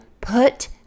put